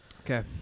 okay